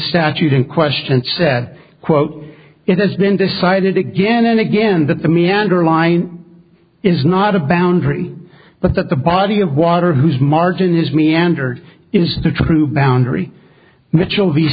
statute in question said quote it has been decided again and again that the meander line is not a boundary but that the body of water whose margin is meander is the true boundary mitchell